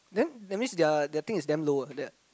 then that means their their things is damn low ah that